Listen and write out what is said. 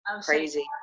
crazy